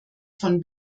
von